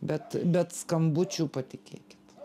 bet bet skambučių patikėkit